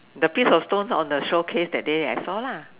the piece of stone on the showcase that day I saw